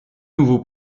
nouveaux